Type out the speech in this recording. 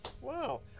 Wow